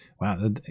Wow